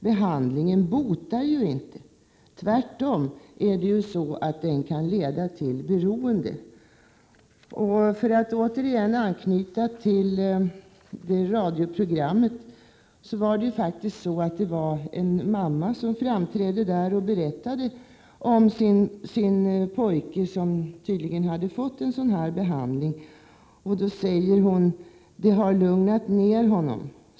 Behandlingen botar ju inte. Tvärtom kan den leda till beroende. För att återigen anknyta till radioprogrammet vill jag nämna att där framträdde en mamma och berättade om sin pojke, som tydligen hade fått en sådan här behandling. Hon sade: Det har lugnat ner honom.